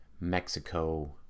Mexico